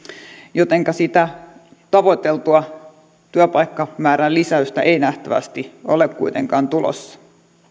jotenka sitä tavoiteltua työpaikkamäärän lisäystä ei nähtävästi ole kuitenkaan tulossa